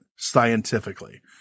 scientifically